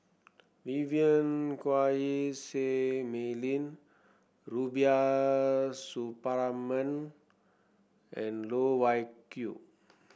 Vivien Quahe Seah Mei Lin Rubiah Suparman and Loh Wai Kiew